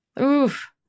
Oof